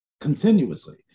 continuously